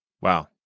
Wow